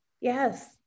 yes